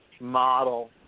Model